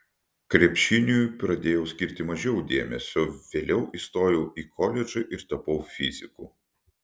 krepšiniui pradėjau skirti mažiau dėmesio vėliau įstojau į koledžą ir tapau fiziku